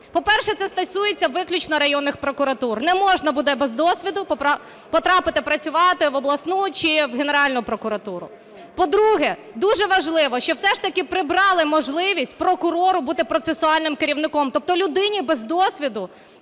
По-перше, це стосується виключно районних прокуратур. Не можна буде без досвіду потрапити працювати в обласну, чи в Генеральну прокуратуру. По-друге, дуже важливо, що все ж таки прибрали можливість прокурору бути процесуальним керівником, тобто людині без досвіду